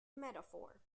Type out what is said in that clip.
metaphor